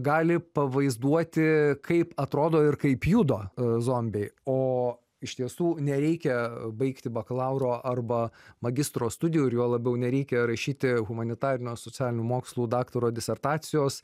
gali pavaizduoti kaip atrodo ir kaip juda zombiai o iš tiesų nereikia baigti bakalauro arba magistro studijų ir juo labiau nereikia rašyti humanitarinio socialinių mokslų daktaro disertacijos